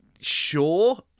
sure